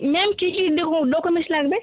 ma'am কী কী doc documents লাগবে